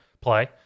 play